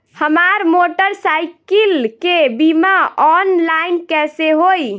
हमार मोटर साईकीलके बीमा ऑनलाइन कैसे होई?